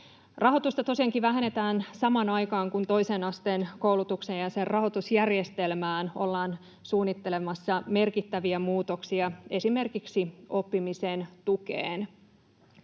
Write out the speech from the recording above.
Rahoitusta tosiaankin vähennetään samaan aikaan, kun toisen asteen koulutukseen ja sen rahoitusjärjestelmään ollaan suunnittelemassa merkittäviä muutoksia esimerkiksi oppimisen tukeen.